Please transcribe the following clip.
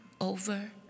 over